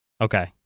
Okay